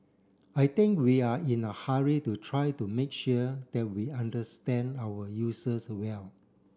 I think we are in a hurry to try to make sure that we understand our users well